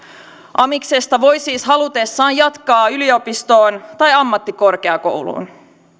amiksesta voi siis halutessaan jatkaa yliopistoon tai ammattikorkeakouluun